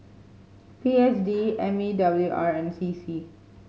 P S D M E W R and C C